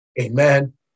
Amen